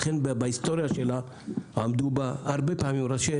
לכן בהיסטוריה שלה עמדו בה הרבה פעמים ראשי